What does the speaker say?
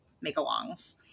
make-alongs